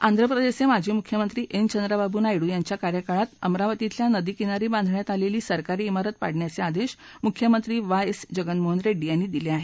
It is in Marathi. आंध्र प्रदेशचे माजी मुख्यमंत्री एन चंद्राबाबू नायडू यांच्या कार्यकाळात अमरावतीतल्या नदी किनारी बांधण्यात आलेली सरकारी मिरत पाडण्याचे आदेश मुख्यमंत्री वास एस जगनमोहन रेड्डी यांनी दिले आहेत